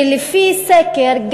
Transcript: שלפי סקר,